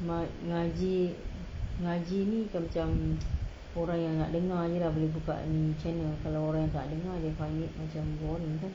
ngaji ngaji ni macam orang yang nak dengar jer boleh buka ni channel kalau orang tak nak dengar macam boring kan